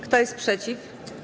Kto jest przeciw?